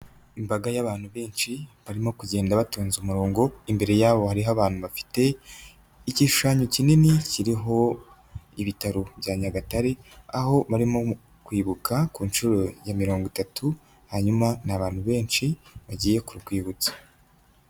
Imbaga y'abantu benshi barimo kugenda batonze umurongo, imbere yabo hariho abantu bafite igishushanyo kinini kiriho ibitaro bya Nyagatare aho barimo kwibuka ku nshuro ya mirongo itatu, hanyuma ni abantu benshi bagiye ku rwibutso.